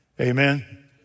Amen